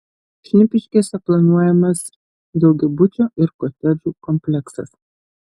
šnipiškėse planuojamas daugiabučio ir kotedžų kompleksas